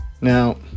Now